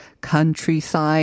countryside